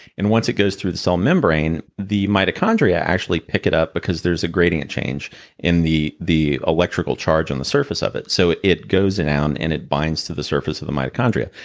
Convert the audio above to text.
and once it goes through the cell membrane, the mitochondria actually pick it up because there's a gradient change in the the electrical charge on the surface of it. so it goes down, and it binds to the surface of the mitochondria.